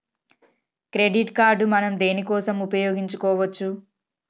Credit card మనం దేనికోసం ఉపయోగించుకోవచ్చు?